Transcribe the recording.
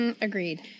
Agreed